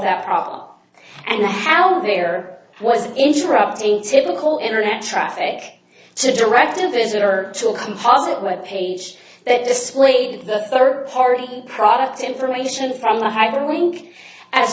that problem and how there was interrupting typical internet traffic to direct a visitor to a composite web page that displayed the third party product information from the hyperlink as